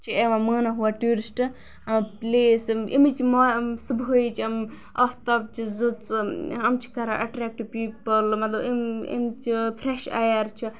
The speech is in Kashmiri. چھِ یوان مانا ہوا ٹیورسٹ پٕلیس اَمچ یِم صُبحایِچ یِم آفتابچہ زٕژٕ یِم چھِ کَران اَٹریکٹ پیپٕل مطلب اَمچ یہِ فریش اَیَر چھِ